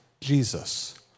Jesus